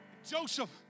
Joseph